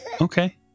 Okay